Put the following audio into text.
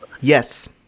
Yes